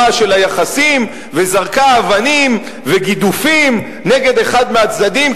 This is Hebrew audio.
של היחסים וזרקה אבנים וגידופים נגד אחד מהצדדים,